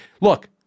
look